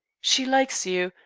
she likes you, you,